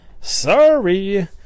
sorry